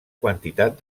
quantitat